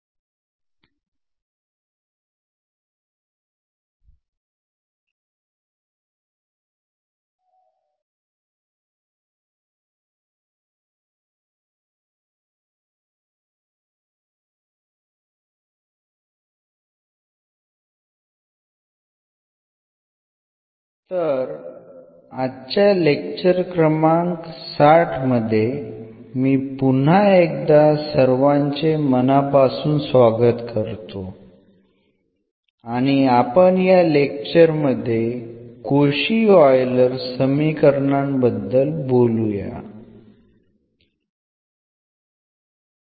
तर आजच्या लेक्चर क्रमांक 60 मध्ये मी पुन्हा एकदा सर्वांचे मनापासून स्वागत करतो आणि आपण या लेक्चर मध्ये कोशी ऑयलर समीकरणाबद्दल बोलूयात